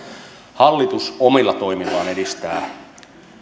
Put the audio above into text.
hallitus omilla toimillaan edistää